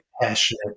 passionate